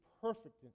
perfect